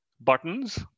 buttons